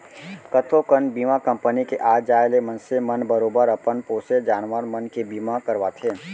कतको कन बीमा कंपनी के आ जाय ले मनसे मन बरोबर अपन पोसे जानवर मन के बीमा करवाथें